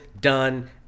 done